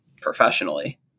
professionally